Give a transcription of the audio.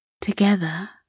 Together